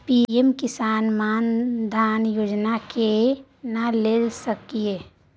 PM Kisan Maandhan Yojana के केना ले सकलिए?